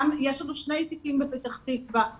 יש לנו בפתח תקוה שני תיקים.